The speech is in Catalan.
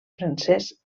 francès